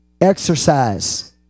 Exercise